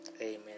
Amen